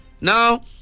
Now